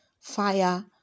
fire